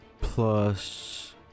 plus